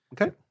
Okay